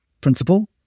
principle